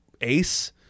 Ace